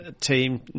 team